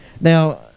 Now